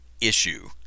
issue